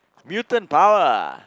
mutant power